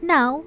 Now